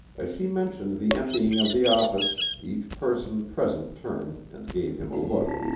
as she mentioned the emptying of the office, each person present turned and gave him a look.